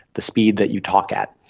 the speed that you talk at.